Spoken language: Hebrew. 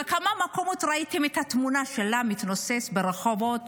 בכמה מקומות ראיתם את התמונה שלה מתנוססת ברחובות